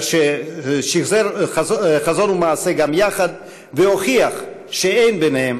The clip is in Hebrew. שזר חזון ומעשה גם יחד, והוכיח שאין ביניהם